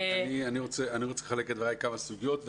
אני רוצה לחלק את דבריי לכמה סוגיות.